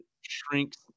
shrinks